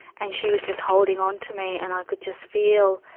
and she was just holding on to me and i could just feel,